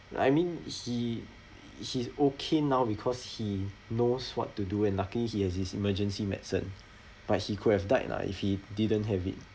I mean he he's okay now because he knows what to do and lucky he has his emergency medicine but he could have died lah if he didn't have it